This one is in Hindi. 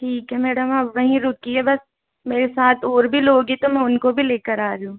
ठीक है मैडम आप वहीं रुकिए बस मेरे साथ और भी लोग हैं तो मैं उनको भी लेकर आ रही हूँ